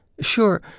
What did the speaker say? Sure